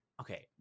okay